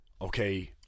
okay